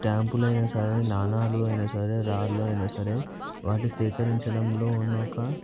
స్టాంపులు అయినా సరే నాణాలు అయినా సరే రాళ్ళు అయినా సరే వాటిని సేకరించడంలో ఉన్న ఒక